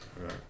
right